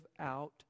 out